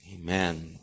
Amen